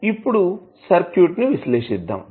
కాబట్టి ఇప్పుడు సర్క్యూట్ ని విశ్లేషిద్దాం